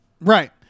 Right